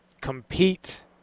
compete